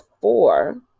four